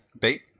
Bait